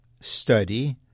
study